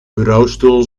bureaustoel